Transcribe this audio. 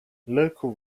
local